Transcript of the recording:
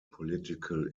political